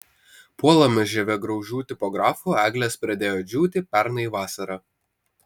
puolamos žievėgraužių tipografų eglės pradėjo džiūti pernai vasarą